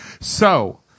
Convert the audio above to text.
So-